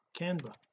canva